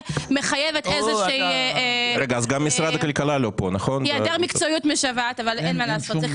מחייבת - היעדר מקצועית משוועת אבל אין מה לעשות.